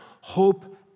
Hope